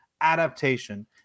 adaptation